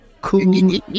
cool